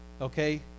okay